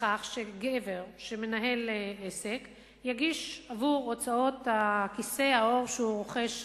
בכך שגבר שמנהל עסק יגיש עבור הוצאות כיסא העור שהוא רוכש,